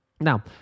Now